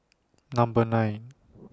Number nine